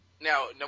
Now